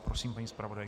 Prosím, paní zpravodajko.